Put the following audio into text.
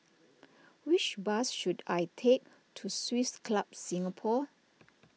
which bus should I take to Swiss Club Singapore